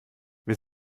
wir